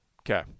Okay